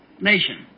nation